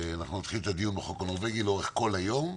אנחנו נתחיל את הדיון בחוק הנורבגי לאורך כל היום,